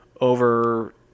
over